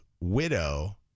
widow